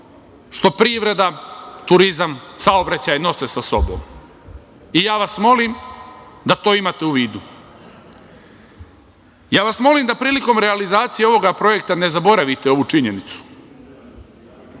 što privreda, turizam, saobraćaj nose sa sobom. Ja vas molim da to imate u vidu. Ja vas molim da prilikom realizacije ovog projekta ne zaboravite ovu činjenicu,